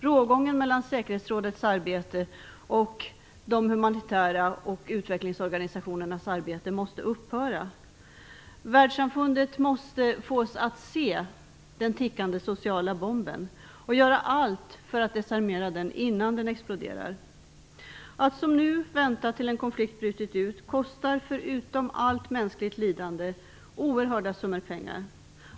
Rågången mellan säkerhetsrådets arbete och de humanitära organisationernas och utvecklingsorganisationernas arbete måste upphöra. Världssamfundet måste fås att se den tickande sociala bomben och göra allt för att desarmera den innan den exploderar. Att, som nu, vänta tills en konflikt brutit ut kostar, förutom allt mänskligt lidande, oerhörda summor pengar.